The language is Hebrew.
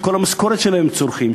שאת כל המשכורת שלהם הם צורכים,